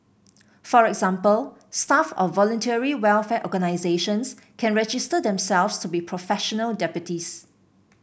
for example staff of Voluntary Welfare Organisations can register themselves to be professional deputies